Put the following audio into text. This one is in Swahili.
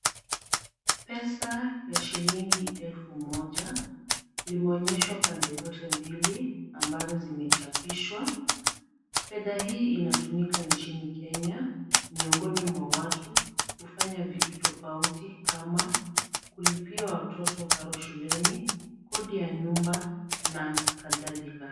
Pesa ya shilingi elfu moja. Imeonyeshwa pande zote mbili ambazo zimechapishwa. Fedha hii inatumika nchini Kenya miongoni mwa watu kufanya vitu tofauti kama kulipia watoto karo shuleni, kodi ya nyumba na kadhalika.